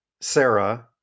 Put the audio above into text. sarah